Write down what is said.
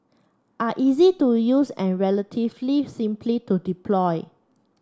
are easy to use and relatively simply to deploy